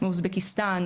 מאוזבקיסטן,